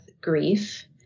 grief